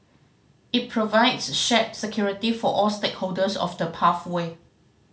it provides shared security for all stakeholders of the pathway